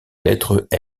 lettre